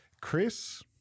Chris